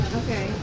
okay